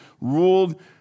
ruled